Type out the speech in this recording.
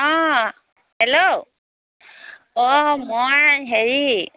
অঁ হেল্ল' অঁ মই হেৰি